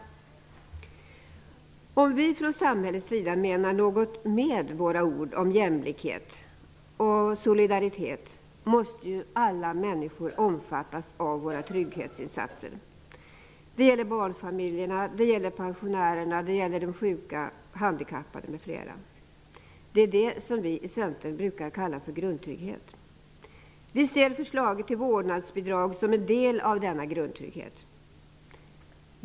Om vi från samhällets sida menar något med våra ord om jämlikhet och solidaritet måste alla människor omfattas av våra trygghetsinsatser. Det gäller barnfamiljerna, pensionärerna, de sjuka, de handikappade, m.fl. Det är det som vi i Centern brukar kalla för grundtrygghet. Vi ser förslaget till vårdnadsbidrag som en del av denna grundtrygghet.